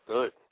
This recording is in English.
Good